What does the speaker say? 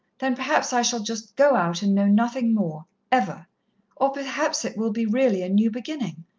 then perhaps i shall just go out and know nothing more ever or perhaps it will be really a new beginning,